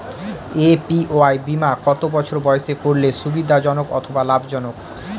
APY বীমা কত বছর বয়সে করলে সুবিধা জনক অথবা লাভজনক?